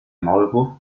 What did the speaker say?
maulwurf